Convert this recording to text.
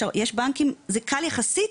זה קל יחסית,